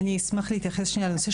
אני אשמח להתייחס לנושא של ההכשרות.